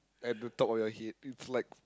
at the top of your head it's like